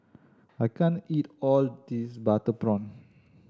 I can't eat all of this butter prawn